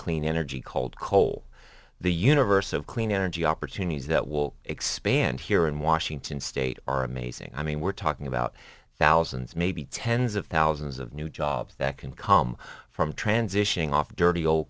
clean energy called coal the universe of clean energy opportunities that will expand here in washington state are amazing i mean we're talking about thousands maybe tens of thousands of new jobs that can come from transitioning off dirty old